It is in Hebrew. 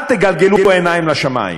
אל תגלגלו עיניים לשמים.